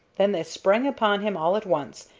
then they sprang upon him all at once,